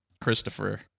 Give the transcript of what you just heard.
Christopher